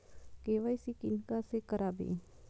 KYC किनका से कराबी?